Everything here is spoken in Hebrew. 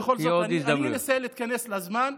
אבל כל זאת, אנסה להתכנס לזמן.